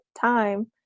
time